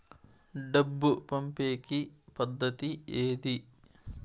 డబ్బు పంపేకి పద్దతి ఏది